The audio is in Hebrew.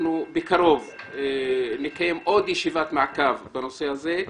בקרוב אנחנו נקיים עוד ישיבת מעקב בנושא הזה.